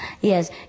Yes